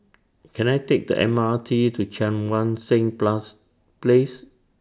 Can I Take The M R T to Cheang Wan Seng Plus Place